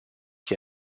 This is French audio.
qui